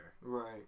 Right